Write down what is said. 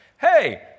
hey